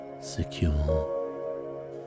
secure